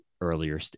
Earlier